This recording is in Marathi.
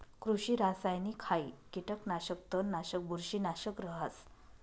कृषि रासायनिकहाई कीटकनाशक, तणनाशक, बुरशीनाशक रहास